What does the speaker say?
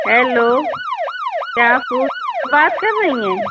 hello کیا آپ fruit سے بات کر رہی ہیں